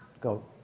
Go